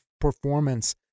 performance